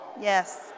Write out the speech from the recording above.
Yes